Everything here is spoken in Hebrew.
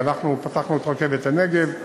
אנחנו חנכנו את רכבת הנגב,